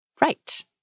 Right